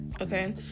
okay